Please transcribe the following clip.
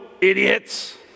idiots